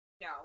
No